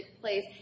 place